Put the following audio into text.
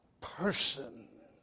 person